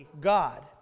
God